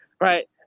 Right